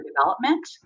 development